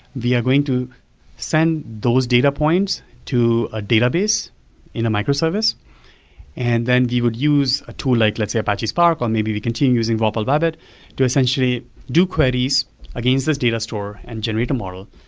are going to send those data points to a database in a micro-service and then we would use a tool like, let's say, apache spark, or maybe we continue using vorpal rabbit to essentially do queries against this data store and generate a model.